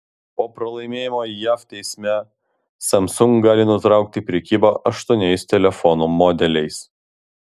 po pralaimėjimo jav teisme samsung gali nutraukti prekybą aštuoniais telefonų modeliais